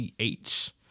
ch